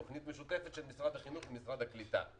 תוכנית משותפת של משרד החינוך ומשרד הקליטה.